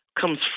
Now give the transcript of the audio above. comes